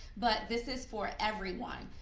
but this is for everyone.